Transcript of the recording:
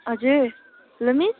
हजुर र मिस